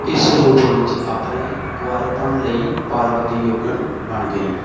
ਇਸ ਰੂਪ ਵਿੱਚ ਆਪਣੇ ਕੁਆਰੇਪਣ ਲਈ ਪਾਰਵਤੀ ਯੋਗਣ ਬਣ ਗਈ